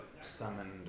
summoned